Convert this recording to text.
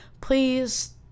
please